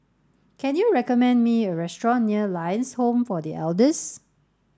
can you recommend me a restaurant near Lions Home for The Elders